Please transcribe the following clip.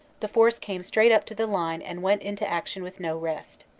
the force came straight up to the line and went into action with no rest.